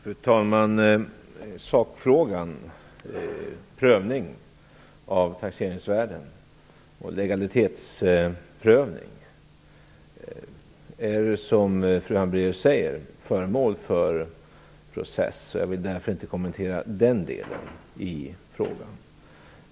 Fru talman! När det gäller sakfrågan - en prövning av taxeringsvärden och legalitetsprövning - är den, som fru Hambraeus säger, föremål för process. Jag vill därför inte kommentera den delen i frågan.